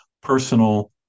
personal